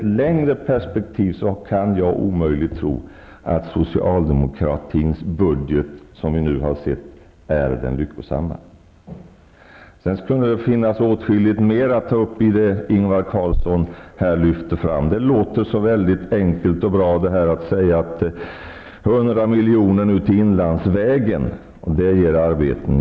Jag kan omöjligt tro att den socialdemokratiska budgeten i ett längre perspektiv är den lyckosamma. Det finns åtskilligt mer att ta upp av det som Ingvar Carlsson förde fram. Det låter så väldigt enkelt och bra att säga att man skall fördela 100 milj.kr. till inlandsvägen, för det ger arbeten.